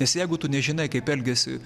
nes jeigu tu nežinai kaip elgiasi